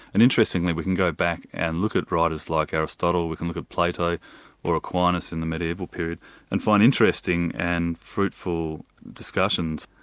and interestingly, we can go back and look at writers like aristotle we can look at plato or aquinas in the mediaeval period and find interesting and fruitful discussions.